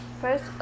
First